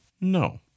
No